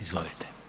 Izvolite.